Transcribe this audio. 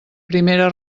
primera